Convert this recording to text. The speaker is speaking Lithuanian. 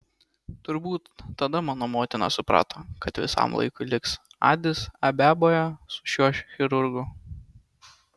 turbūt tada mano motina suprato kad visam laikui liks adis abeboje su šiuo chirurgu